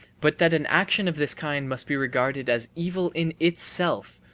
but that an action of this kind must be regarded as evil in itself,